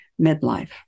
midlife